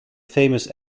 famous